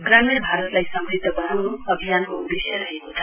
ग्रामीण भारतलाई समृध्द वनाउन् अभियानको उदेश्य रहेको छ